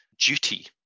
duty